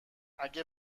اگر